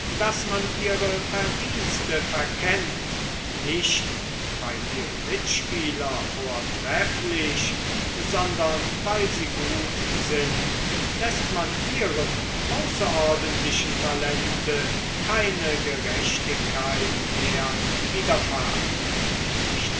daß man ihre verdienste verkennt nicht weil ihre mitspieler vortrefflich sondern weil sie gut sind läßt man ihrem außerordentlichen talente keine gerechtigkeit mehr widerfahren